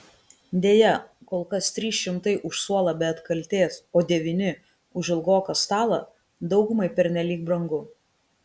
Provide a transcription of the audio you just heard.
deja kol kas trys šimtai už suolą be atkaltės o devyni už ilgoką stalą daugumai pernelyg brangu